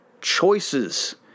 choices